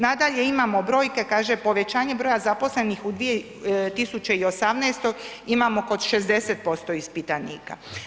Nadalje, imamo brojke, kaže povećanje broja zaposlenih u 2018. imamo kod 60% ispitanika.